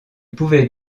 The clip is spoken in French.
pouvait